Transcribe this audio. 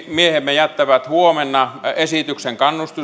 jättävät huomenna esityksen